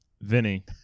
Vinny